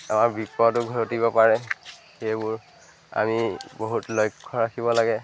আমাৰ বিপদটো ঘটিব পাৰে সেইবোৰ আমি বহুত লক্ষ্য ৰাখিব লাগে